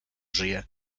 żyje